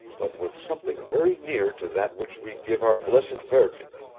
but with something very near to that which we give our blessed virgin.